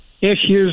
issues